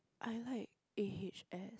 I like A H S